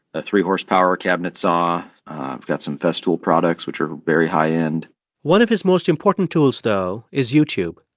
a three horsepower cabinet saw i've got some festool products, which are very high end one of his most important tools, though, is youtube.